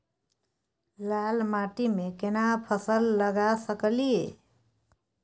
लाल माटी में केना फसल लगा सकलिए?